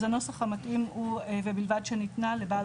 אז הנוסח המתאים הוא ובלבד שניתנה לבעל